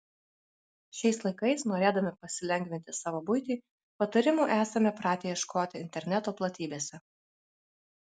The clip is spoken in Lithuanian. šiais laikais norėdami pasilengvinti savo buitį patarimų esame pratę ieškoti interneto platybėse